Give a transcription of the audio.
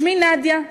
שמי נדיה,